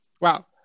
Wow